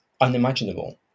unimaginable